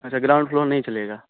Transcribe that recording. اچھا ground floor نہیں چلے گا